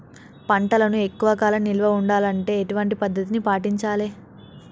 పంటలను ఎక్కువ కాలం నిల్వ ఉండాలంటే ఎటువంటి పద్ధతిని పాటించాలే?